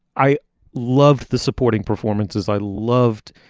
i love the supporting performances i loved.